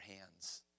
hands